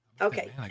Okay